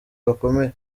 bakomeye